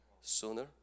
sooner